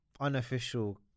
unofficial